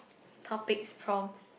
topics prompts